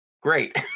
Great